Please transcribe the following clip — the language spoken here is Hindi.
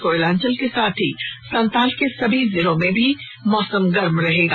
कोयलांचल के साथ ही संताल के सभी जिले में भी मौसम गर्म रहेगा